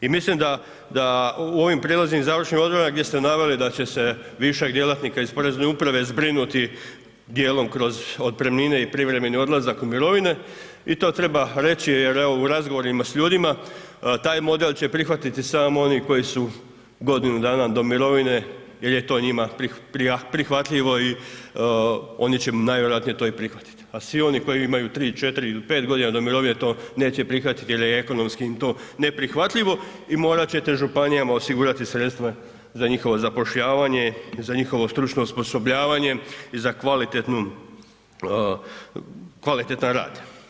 I mislim da, da u ovim prijelaznim i završnim odredbama gdje ste naveli da će se višak djelatnika iz porezne uprave zbrinuti dijelom kroz otpremnine i privremeni odlazak u mirovine i to treba reći jer evo u razgovorima s ljudima taj model će prihvatiti samo oni koji su godinu dana do mirovine jer je to njima prihvatljivo i oni će najvjerojatnije to i prihvatit a svi oni koji imaju 3, 4 ili 5 godina do mirovine to neće prihvatiti jer je ekonomski im to neprihvatljivo i morati ćete županijama osigurati sredstva za njihovo zapošljavanje, za njihovo stručno osposobljavanje i za kvalitetan rad.